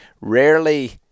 rarely